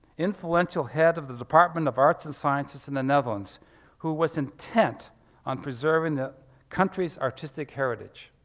influential head of the department of arts and sciences in the netherlands who was intent on preserving the country's artistic heritage.